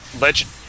legend